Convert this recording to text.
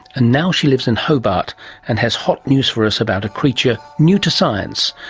now she lives in hobart and has hot news for us about a creature new to science,